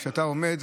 כשאתה עומד,